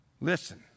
Listen